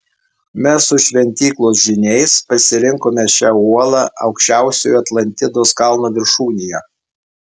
mes su šventyklos žyniais pasirinkome šią uolą aukščiausiojo atlantidos kalno viršūnėje